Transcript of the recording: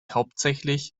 hauptsächlich